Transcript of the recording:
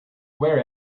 wear